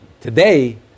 today